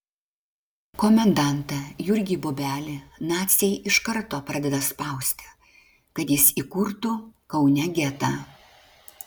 komendantą jurgį bobelį naciai iš karto pradeda spausti kad jis įkurtų kaune getą